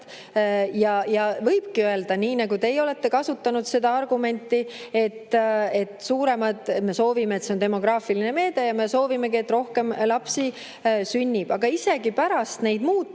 Ja võibki öelda, nii nagu teie olete kasutanud seda argumenti, et see on demograafiline meede, ja me soovime, et rohkem lapsi sünnib. Aga isegi pärast neid muutusi